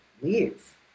leave